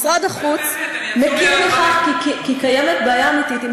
משרד החוץ מכיר בכך שקיימת בעיה אמיתית עם